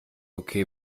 okay